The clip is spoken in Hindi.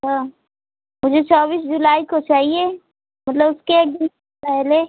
अच्छा मुझे चौबीस जुलाई को चाहिए मतलब उसके एक दिन पहले